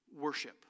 worship